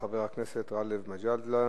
חבר הכנסת גאלב מג'אדלה.